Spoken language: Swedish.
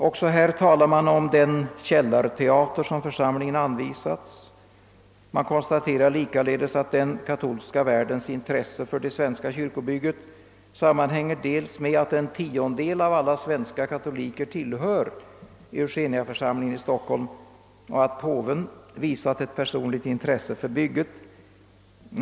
Också här talar man om den källarteater som församlingen anvisats. Man konstaterar likaledes att den katolska världens intressen för det svenska kyrkobygget sammanhänger dels med att en tiondel av alla svenska katoliker tillhör Eugeniaförsamlingen i Stockholm, dels med att påven visat ett personligt intresse för bygget.